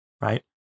right